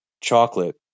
chocolate